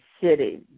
city